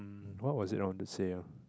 what was it I wanted to say ah